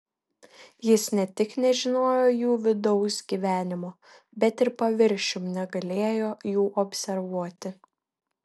jis ne tik nežinojo jų vidaus gyvenimo bet ir paviršium negalėjo jų observuoti